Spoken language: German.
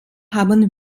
haben